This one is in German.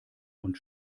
und